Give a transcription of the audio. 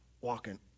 walking